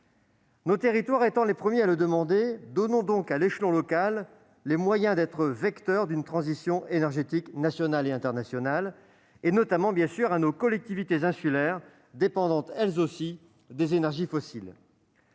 Nos territoires étant les premiers à le demander, donnons donc à l'échelon local les moyens d'être vecteur d'une transition énergétique nationale et internationale. Je pense notamment à nos collectivités insulaires, dépendantes elles aussi des énergies fossiles.